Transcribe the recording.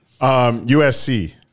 USC